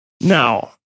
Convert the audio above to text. Now